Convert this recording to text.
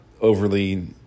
overly